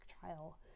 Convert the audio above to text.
trial